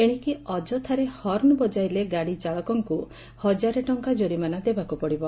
ଏଣିକି ଅଯଥାରେ ହର୍ଣ୍ଡ ବଜାଇଲେ ଗାଡ଼ି ଚାଳକଙ୍କୁ ହଜାରେ ଟଙ୍କା ଜୋରିମାନା ଦେବାକୁ ପଡ଼ିବ